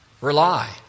Rely